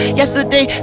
yesterday